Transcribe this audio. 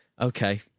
okay